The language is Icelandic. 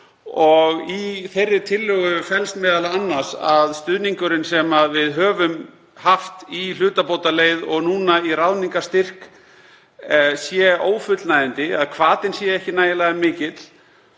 Í þeirri tillögu felst m.a. að stuðningurinn sem við höfum haft í hlutabótaleið og núna í ráðningarstyrk sé ófullnægjandi, að hvatinn sé ekki nægilega mikill